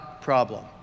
Problem